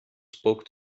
spoke